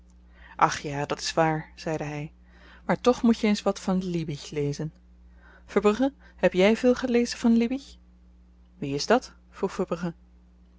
ach ja dat is waar zeide hy maar toch moet je eens wat van liebig lezen verbrugge heb jy veel gelezen van liebig wie is dat vroeg